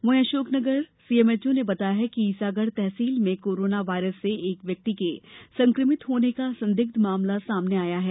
वहीं अशोकनगर सीएमएचओ ने बताया कि ईसागढ़ तहसील में कोरोना वायरस से संक्रमित होने का संदिग्ध मामला सामने आया है